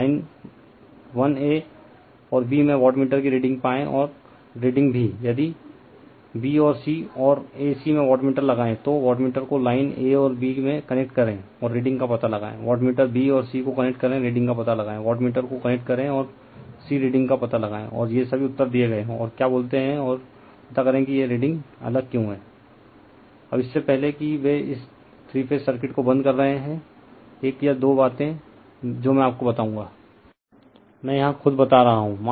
line 1 a और b में wattmeter की रीडिंग पाएं और रीडिंग भी यदि b और c और a c में वाटमीटर लगाएं तो वाटमीटर को लाइन a और b में कनेक्ट करें और रीडिंग का पता लगाएं वाटमीटर b और c को कनेक्ट करें रीडिंग का पता लगाएं वाटमीटर को कनेक्ट करें और c रीडिंग का पता लगाएं और ये सभी उत्तर दिए गए हैं और क्या बोलते हैं और पता करें कि यह रीडिंग अलग क्यों हैं अब इससे पहले कि वे इस थ्री फेज सर्किट को बंद कर रहे हैं एक या दो टू बातें जो मैं आपको बताऊंगा मैं यहां खुद बता रहा हूं